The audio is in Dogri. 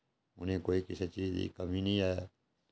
उ'नें ई कोई किसे चीज दी कमी निं ऐ